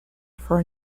for